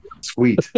Sweet